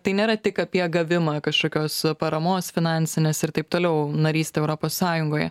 tai nėra tik apie gavimą kažkokios paramos finansinės ir taip toliau narystė europos sąjungoje